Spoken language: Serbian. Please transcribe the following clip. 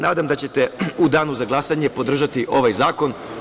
Nadam se da ćete u danu za glasanje podržati ovaj zakon.